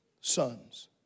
sons